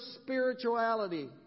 spirituality